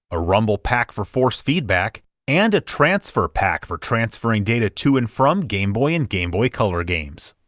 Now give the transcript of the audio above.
a rumble pak for force feedback, and a transfer pak for transferring data to and from game boy and game boy color games.